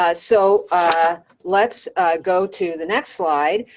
ah so let's go to the next slide.